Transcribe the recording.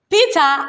Peter